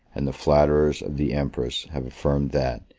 and the flatterers of the empress have affirmed that,